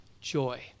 joy